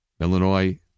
Illinois